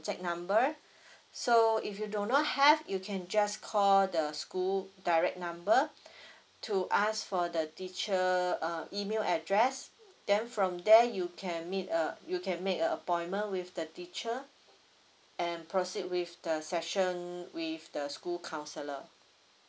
number so if you do not have you can just call the school direct number to ask for the teacher err email address then from there you can meet err you can make a appointment with the teacher and proceed with the session with the school counsellor